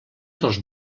dels